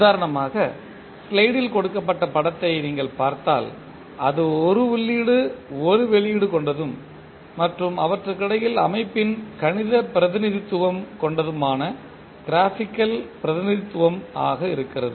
உதாரணமாக ஸ்லைடில் கொடுக்கப்பட்ட படத்தை நீங்கள் பார்த்தால் அது ஒரு உள்ளீடு ஒரு வெளியீடு கொண்டதும் மற்றும் அவற்றுக்கிடையில் அமைப்பின் கணித பிரதிநிதித்துவம் கொண்டதான க்ராபிக்கல் பிரதிநிதித்துவம் ஆக இருக்கிறது